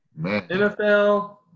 NFL